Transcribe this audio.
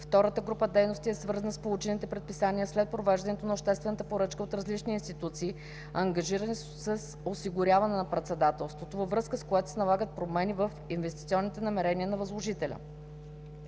Втората група дейности е свързана с получените предписания след провеждането на обществената поръчка от различни институции, ангажирани с осигуряване на Председателството, във връзка с което се налагат промени в инвестиционните намерения на възложителя.